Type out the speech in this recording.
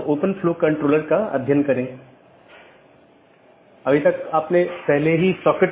autonomous system संगठन द्वारा नियंत्रित एक इंटरनेटवर्क होता है